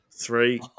Three